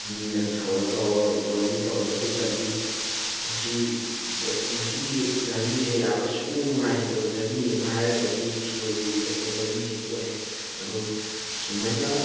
ꯃꯤꯅ ꯁꯧꯔꯒ ꯑꯣꯔ ꯇ꯭ꯔꯣꯂꯤ ꯇꯧꯔꯒꯁꯨ ꯆꯠꯂꯤ ꯃꯁꯤ ꯃꯁꯤꯒꯤ ꯖꯔꯅꯤꯁꯦ ꯌꯥꯝꯅ ꯁꯨꯛꯅꯨꯡ ꯅꯨꯡꯉꯥꯏꯈꯤꯗꯕ ꯖꯔꯅꯤ ꯑꯃ ꯍꯥꯏꯔꯒꯗꯤ ꯁꯤꯔꯣꯏ ꯂꯤꯂꯤ ꯆꯠꯄ ꯖꯔꯅꯤꯁꯤ ꯑꯣꯏ ꯑꯗꯣ ꯁꯨꯃꯥꯏꯅ